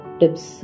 tips